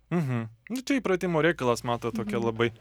uhu nu čia įpratimo reikalas matot tokia labai